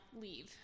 leave